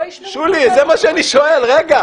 לא ישמרו גם בעתיד.